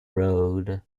road